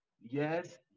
yes